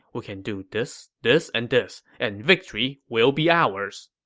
we can do this, this, and this, and victory will be ours.